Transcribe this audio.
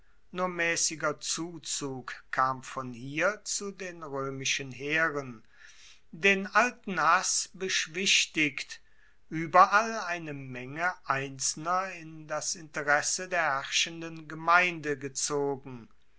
nur maessiger zuzug kam von hier zu den roemischen heeren den alten hass beschwichtigt ueberall eine menge einzelner in das interesse der herrschenden gemeinde gezogen